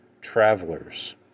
travelers